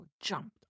jumped